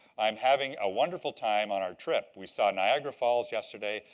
i'm having a wonderful time on our trip. we saw niagara falls yesterday.